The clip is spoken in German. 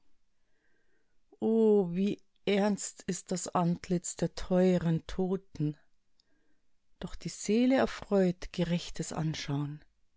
wie ernst ist das antlitz der teueren toten doch die seele erfreut gerechtes anschaun